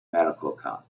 medical